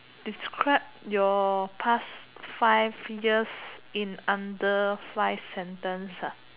describe your past five years in under five sentence ah